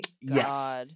Yes